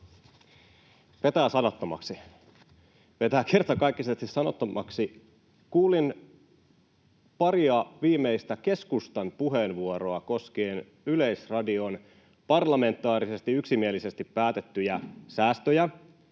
Vetää sanattomaksi — vetää kertakaikkisesti sanottomaksi. Kuuntelin paria viimeistä keskustan puheenvuoroa koskien Yleisradion parlamentaarisesti yksimielisesti päätettyjä säästöjä,